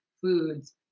foods